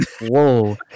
Whoa